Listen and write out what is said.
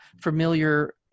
familiar